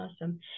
Awesome